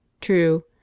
True